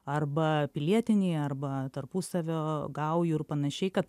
arba pilietiniai arba tarpusavio gaujų ir panašiai kad